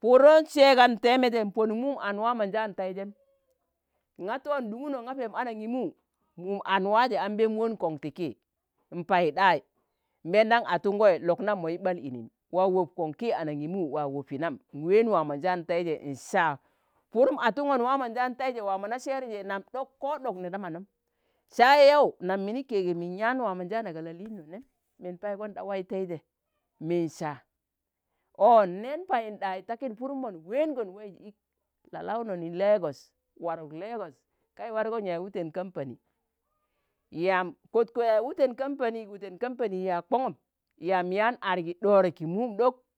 pudun segam teeme je nponuk mum an waa monjaan taijem, nga to nɗunguno na peem anangimu mum an waje an peem won kon ki, npaiɗai, mbeendan atungoi lok nam mo yi ɓal inim waa wop kon ki anangimu waa wopi nam nween wammonjaan taije nsạa, purum atungon waamonjaan taije waa mo na sẹrri je nam ɗok, ko ɗok ne da manom. sạa yau nam mini kege min yạan waamonjaana ga la lịino nem, min paigon ɗa waiteije min sạa oo nnẹeyi payinɗai purum mon weenon waiz ik la launo ni Lagos, waruk Lagos ka yi wargo yaaz wuten kampani yamb kotko wuten kampani wuten kampani yaag kongum yamb yaan argi ɗori ki mum ɗok,